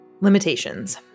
Limitations